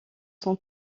son